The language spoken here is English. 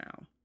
Now